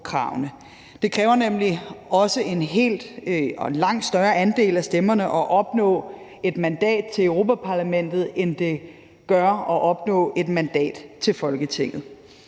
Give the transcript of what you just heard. Det kræver nemlig også en langt større andel af stemmerne at opnå et mandat til Europa-Parlamentet, end det gør at opnå et mandat til Folketinget.